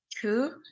two